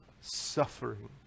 suffering